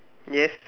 yes